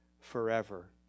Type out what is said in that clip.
forever